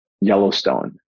Yellowstone